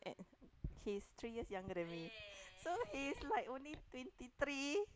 and he's three years younger than me so he's like only twenty three